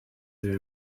their